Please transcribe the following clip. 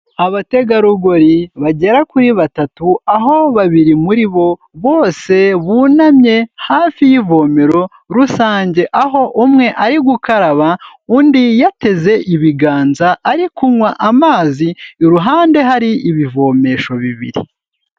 Abategarugori bagera kuri batatu, aho babiri muri bo bose bunamye hafi y'ivomero rusange, aho umwe ari gukaraba undi yateze ibiganza ari kunywa amazi, iruhande hari ibivomesho bibiri.